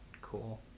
cool